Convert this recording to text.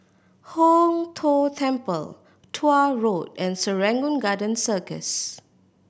Hong Tho Temple Tuah Road and Serangoon Garden Circus